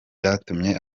byatumye